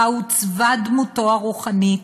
בה עוצבה דמותו הרוחנית,